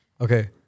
Okay